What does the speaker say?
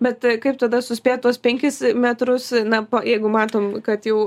bet kaip tada suspėt tuos penkis metrus na jeigu matom kad jau